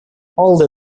although